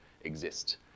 exist